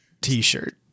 T-shirt